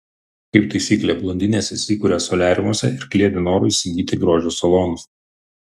kaip taisyklė blondinės įsikuria soliariumuose ir kliedi noru įsigyti grožio salonus